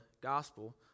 gospel